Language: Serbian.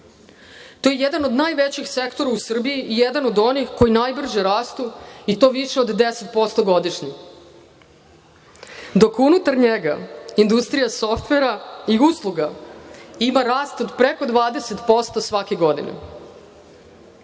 To je jedan od najvećih sektora u Srbiji i jedan od onih koji najbrže rastu, i to više od 10% godišnje, dok unutar njega industrija softvera i usluga ima rast od preko 20% svake godine.